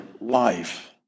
life